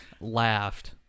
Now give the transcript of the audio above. laughed